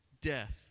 death